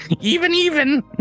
even-even